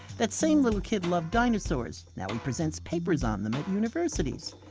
that same little kid loved dinosaurs now he presents papers on them at universities.